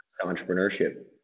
entrepreneurship